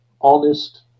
honest